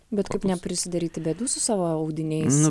bet kaip neprisidaryti bėdų su savo audiniais